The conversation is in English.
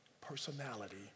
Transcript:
personality